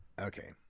Okay